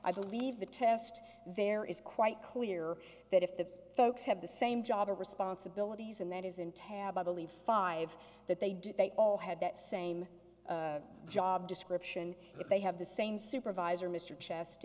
i believe the test there is quite clear that if the folks have the same job or responsibilities and that is in tab of only five that they did they all had that same job description that they have the same supervisor mr chest